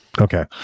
okay